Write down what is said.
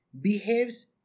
behaves